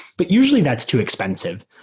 but usually that's too expensive,